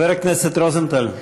חבר הכנסת רוזנטל,